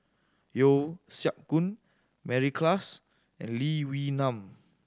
Yeo Siak Goon Mary Klass and Lee Wee Nam